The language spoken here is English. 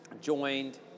joined